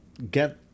get